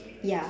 ya